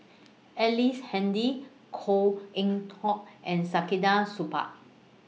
Ellice Handy Koh Eng Hoon and Saktiandi Supaat